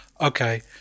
okay